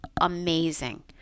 amazing